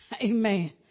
Amen